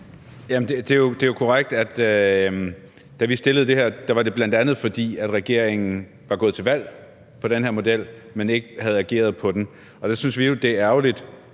Det er jo korrekt, at da vi fremsatte det her, var det bl.a., fordi regeringen var gået til valg på den her model, men ikke havde ageret i forhold til den. Der synes vi jo, det er ærgerligt,